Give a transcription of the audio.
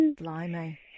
Blimey